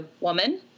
woman